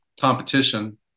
competition